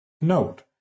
Note